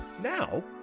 Now